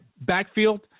backfield